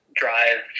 drive